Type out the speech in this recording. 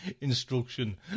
instruction